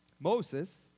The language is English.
Moses